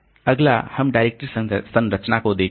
अगला हम डायरेक्टरी संरचना को देखेंगे